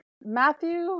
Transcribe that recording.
Matthew